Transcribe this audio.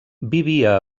vivia